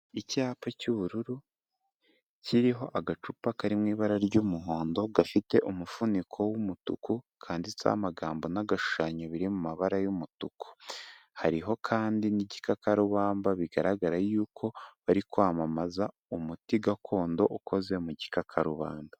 Icyapa cy'ubururu kiriho agacupa kari mu ibara ry'umuhondo gafite umufuniko w'umutuku kanditseho amagambo n'agashushanyo biri mu mabara y'umutuku, hariho kandi n'igikakarubamba bigaragara yuko bari kwamamaza umuti gakondo ukoze mu gikakarubanda.